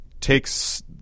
takes